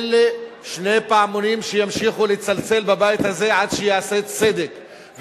אלה שני פעמונים שימשיכו לצלצל בבית הזה עד שייעשה צדק,